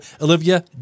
Olivia